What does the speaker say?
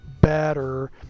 better